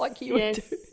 yes